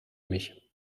mich